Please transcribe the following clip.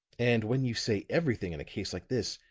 and when you say everything in a case like this,